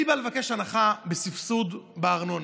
אני בא לבקש הנחה, סבסוד בארנונה,